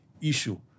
issue